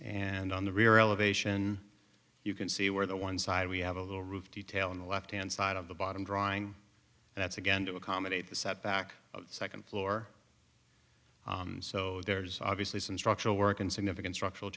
and on the rear elevation you can see where the one side we have a little roof detail in the left hand side of the bottom drawing that's again to accommodate the setback second floor so there's obviously some structural work and significant structural